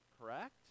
correct